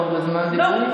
אנחנו כבר בזמן דיבור?